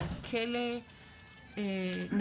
אבל כלא נפשי.